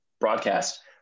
broadcast